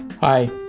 Hi